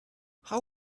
how